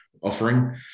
offering